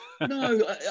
No